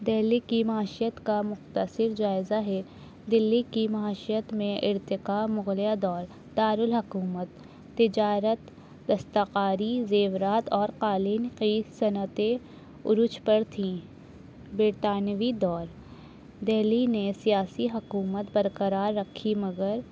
دہلی کی معیشت کا مختصر جائزہ ہے دہلی کی معیشت میں ارتقا مغلیہ دور دارالحکومت تجارت دستکاری زیورات اور قالین کی صنعتیں عروج پر تھیں برطانوی دور دہلی نے سیاسی حکومت برقرار رکھی مگر